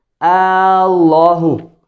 ALLAHU